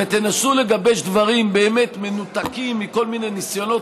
ותנסו לגבש דברים שבאמת מנותקים מכל מיני ניסיונות